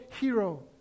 hero